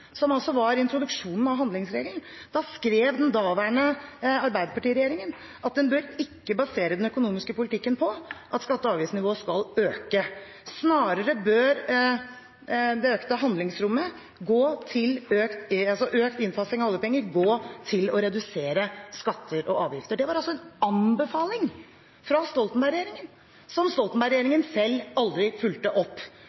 som altså var introduksjonen av handlingsregelen. Da skrev den daværende arbeiderpartiregjeringen: «En bør ikke basere den økonomiske politikken på at skatte- og avgiftsnivået skal øke. Snarere bør noe av det økte handlingsrommet økt innfasing av oljepenger gir, gå til å «redusere skatter og avgifter».» Det var altså en anbefaling fra Stoltenberg-regjeringen, som